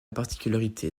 particularité